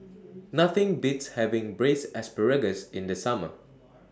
Nothing Beats having Braised Asparagus in The Summer